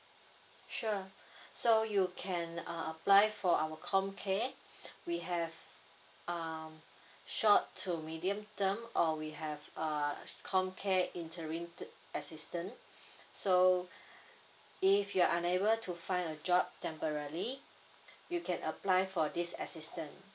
sure so you can uh apply for our comcare we have um short to medium term or we have uh comcare interrelated assistant so if you're unable to find a job temporally you can apply for this assistant